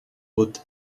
would